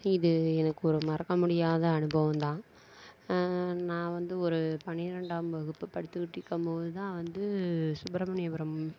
இது எனக்கு ஒரு மறக்க முடியாத அனுபவம் தான் நான் வந்து ஒரு பன்னிரெண்டாம் வகுப்பு படித்துகிட்டு இருக்கும் போது தான் வந்து சுப்ரமணியபுரம்